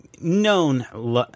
known